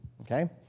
okay